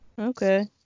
Okay